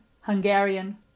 Hungarian